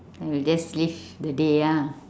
and you'll just live the day ah